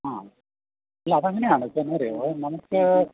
ആ ഇല്ല അത് അങ്ങനെയാണ് ഇപ്പം എന്താണെന്ന് അറിയാമോ നമുക്ക്